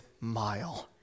mile